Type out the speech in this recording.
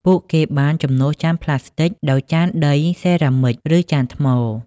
ពួកគេបានជំនួសចានប្លាស្ទិកដោយចានដីសេរ៉ាមិច ឬចានថ្ម។